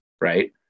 Right